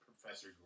Professor